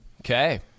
Okay